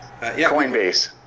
Coinbase